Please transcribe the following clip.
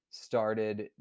started